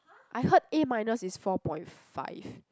I heard A minus is four point five